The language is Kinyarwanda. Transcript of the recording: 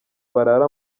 barara